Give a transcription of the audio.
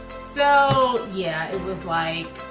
so yeah, it was like,